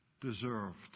deserved